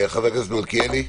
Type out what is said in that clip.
חבר הכנסת מלכיאלי.